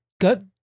good